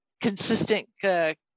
consistent